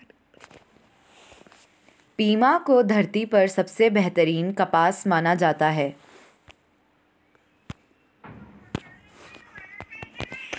Pima को धरती पर सबसे बेहतरीन कपास माना जाता है